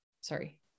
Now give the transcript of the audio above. Sorry